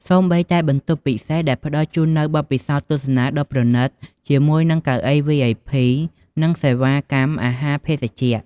សូម្បីតែបន្ទប់ ពិសេស ដែលផ្តល់ជូននូវបទពិសោធន៍ទស្សនាដ៏ប្រណិតជាមួយនឹងកៅអី វីអៃភី និងសេវាកម្មអាហារភេសជ្ជៈ។